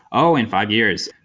oh, in five years.